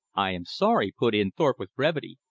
i am sorry, put in thorpe with brevity,